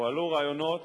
הועלו רעיונות